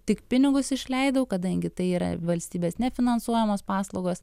tik pinigus išleidau kadangi tai yra valstybės ir nefinansuojamos paslaugos